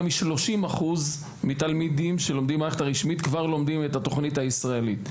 מ-30% מתלמידים לומדים את התוכנית הישראלית.